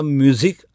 music